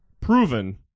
proven